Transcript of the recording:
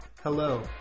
Hello